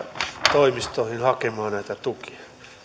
toimistoihin hakemaan näitä tukia